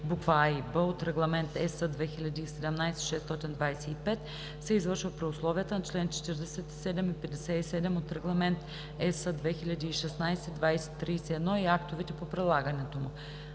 букви „а“ и „б“ от Регламент (ЕС) 2017/625 се извършва при условията на чл. 47 и 57 от Регламент (EС) 2016/2031 и актовете по прилагането му.